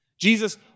Jesus